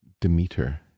Demeter